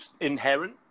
inherent